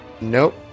Nope